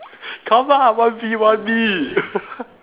come ah one V one V